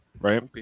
right